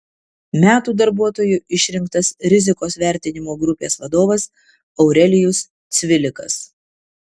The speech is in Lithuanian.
metų darbuotoju išrinktas rizikos vertinimo grupės vadovas aurelijus cvilikas